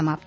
समाप्त